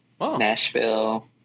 Nashville